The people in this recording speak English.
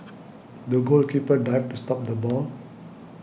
the goalkeeper dived to stop the ball